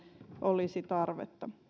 olisi tarvetta